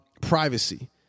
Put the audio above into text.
Privacy